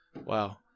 wow